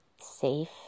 safe